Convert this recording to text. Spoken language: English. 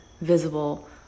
visible